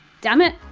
damn it.